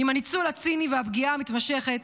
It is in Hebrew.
עם הניצול הציני והפגיעה המתמשכת,